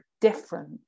different